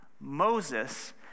Moses